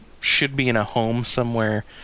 should-be-in-a-home-somewhere